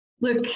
look